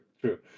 true